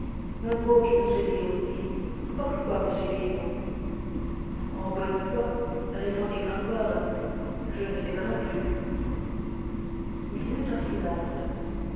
qui me suiviez aussi pourquoi me suiviez vous en bonne foi répondit gringoire je ne sais pas non plus il y eut un silence